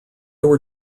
were